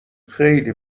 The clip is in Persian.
خیلی